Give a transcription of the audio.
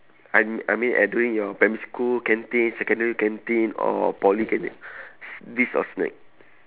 I me~ I mean uh during your primary school canteen secondary canteen or poly canteen s~ list of snack